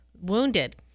wounded